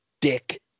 dick